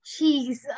Jeez